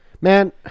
Man